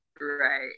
Right